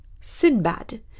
Sinbad